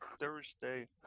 Thursday